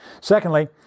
Secondly